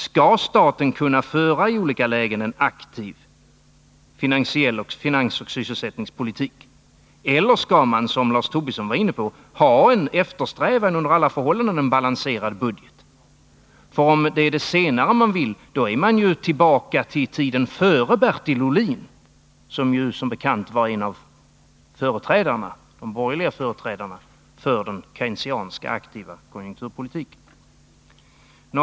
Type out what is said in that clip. Skall staten i olika lägen kunna föra en aktiv finansoch sysselsättningspolitik? Eller skall man, som Lars Tobisson var inne på, eftersträva en under alla förhållanden balanserad budget? Vill man det senare, är man ju tillbaka till tiden före Bertil Ohlin, vilken som bekant var en av de borgerliga företrädarna för den Keynesianska aktiva konjunkturpolitiken.